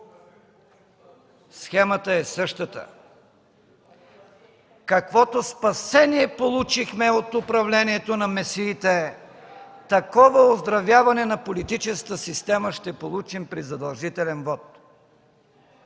Схемата е същата. Каквото спасение получихме от управлението на месиите, такова оздравяване на политическата система ще получим при задължителен вот.